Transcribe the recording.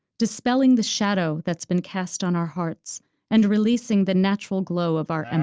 dispelling the shadow that's been cast on our hearts and releasing the natural glow of our and